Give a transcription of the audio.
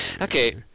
okay